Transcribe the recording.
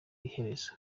iherezo